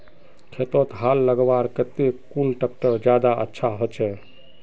खेतोत हाल लगवार केते कुन ट्रैक्टर ज्यादा अच्छा होचए?